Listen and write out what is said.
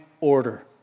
order